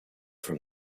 from